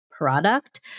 Product